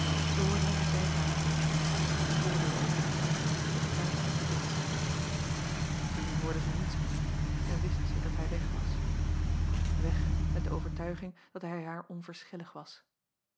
ij hoorde hem de zijkamer doorgaan de voordeur openen het tuinhekje dichtslaan oen hoorde zij niets meer en wist zij dat hij weg was weg met de overtuiging dat hij haar onverschillig was